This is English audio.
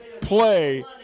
play